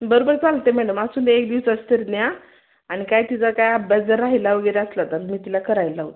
बरं बरं चालतं आहे मॅडम असू द्या एक दिवसाची तरी द्या आणि काय तिचा काय अभ्यास जर राहिला वगैरे असला तर मी तिला करायला लावते